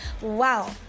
Wow